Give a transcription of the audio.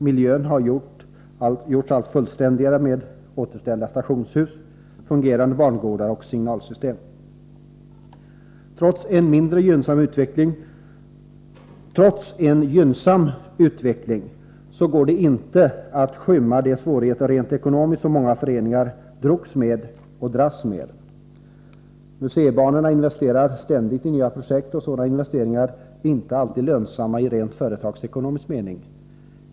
Miljön har gjorts allt fullständigare med återställda stationshus, fungerande bangårdar och signalsystem. Trots en gynnsam utveckling går det dock inte att skymma de svårigheter rent ekonomiskt som många föreningar drogs och dras med. Museibanorna investerar ständigt i nya projekt, och sådana investeringar är ju inte alltid lönsamma i rent företagsekonomisk mening.